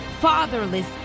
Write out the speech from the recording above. fatherless